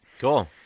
Cool